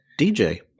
DJ